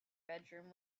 bedroom